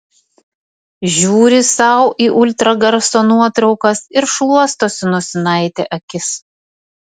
žiūri sau į ultragarso nuotraukas ir šluostosi nosinaite akis